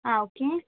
ആ ഓക്കെ